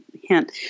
hint